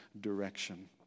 direction